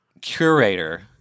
curator